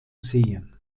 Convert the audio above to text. sehen